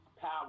power